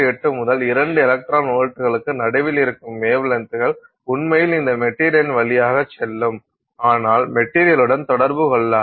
8 முதல் 2 எலக்ட்ரான் வோல்ட்டுகளுக்கு நடுவில் இருக்கும் வேவ்லென்த்கள் உண்மையில் இந்த மெட்டீரியலின் வழியாக செல்லும் ஆனால் மெட்டீரியலுடன் தொடர்பு கொள்ளாது